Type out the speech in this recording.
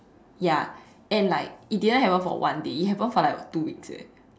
ya and like it didn't happen for one day it happened for like two weeks eh